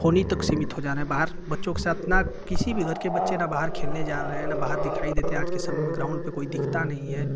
phone ही तक सीमित हो जा रहें हैं बाहर बच्चों के साथ न किसी भी घर के बच्चे न बाहर खेलने जा रहे हैं न दिखाई देते हैं आज के समय में ग्राउंड पर कोई दिखता नहीं है